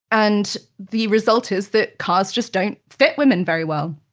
and the result is that cars just don't fit women very well.